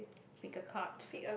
pick a card